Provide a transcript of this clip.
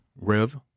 Rev